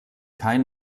kein